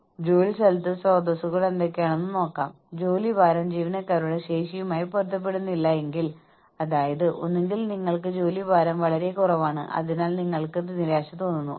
അതിനാൽ ഞാൻ 50 കോടി സൂക്ഷിക്കുമെന്നും ബാക്കി 50 കോടി ജീവനക്കാർക്ക് സംഘടനയിലെ ഓഹരിയനുസരിച്ച് വിതരണം ചെയ്യുമെന്നും നിങ്ങൾ പറയുന്നു